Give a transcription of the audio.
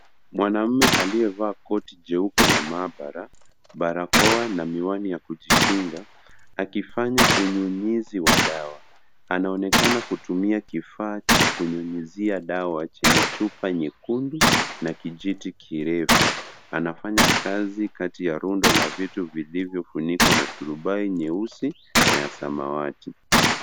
Mwanaume aliyevaa koti jeupe la mahabara ,barakoa na miwani ya kijikinga akifanya unyunyizi wa dawa anaonekana kutumia kifaa cha kunyunyizia dawa chenye chupa nyekundu na kijiti kirefu anafanya kazi kati ya rundo la vitu vilivyofunikwa na durubai nyeusi na ya samawati.